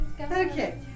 Okay